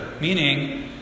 meaning